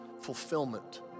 fulfillment